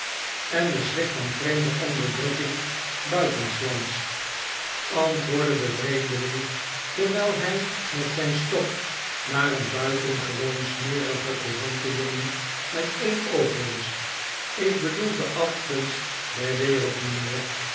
en den schrik van vreemde onderdrukking buitenslands antwoordde de vreemdeling terwijl hij met zijn stok naar een buitengewoon smerigen courantenjongen met een oog wees tr ik bedoel de afgunst der wereld mijnheer